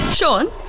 Sean